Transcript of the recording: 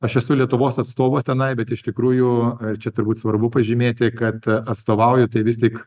aš esu lietuvos atstovas tenai bet iš tikrųjų čia turbūt svarbu pažymėti kad atstovauju tai vis tik